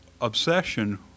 obsession